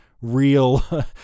real